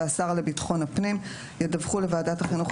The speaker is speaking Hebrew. והשר לביטחון הפנים ידווחו לוועדת החינוך,